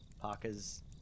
parkers